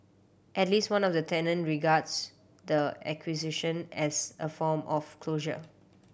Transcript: at least one of the tenant regards the acquisition as a form of closure